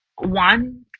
one